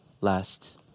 last